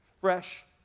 fresh